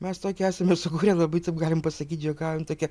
mes tokį esame sukūrę labai taip galim pasakyt juokaujam tokią